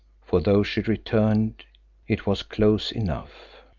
for though she returned it was close enough,